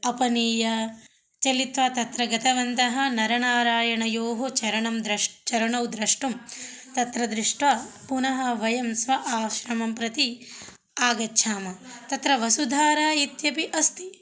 अपनीयं चलित्वा तत्र गतवन्तः नरनारायणयोः चरणं द्रष्टुं चरणौद्रष्टुं तत्र दृष्ट्वा पुनः वयं स्व आश्रमं प्रति आगच्छामः तत्र वसुधारा इत्यपि अस्ति